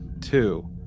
Two